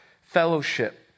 fellowship